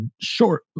short